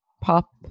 pop